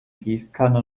gießkanne